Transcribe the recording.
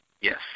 Yes